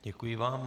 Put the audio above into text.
Děkuji vám.